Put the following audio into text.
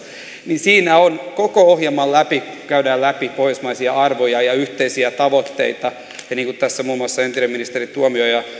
niin siinä koko ohjelman läpi käydään läpi pohjoismaisia arvoja ja yhteisiä tavoitteita ja niin kuin tässä muun muassa entinen ministeri tuomioja